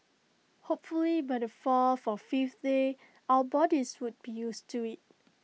hopefully by the fourth or fifth day our bodies would be used to IT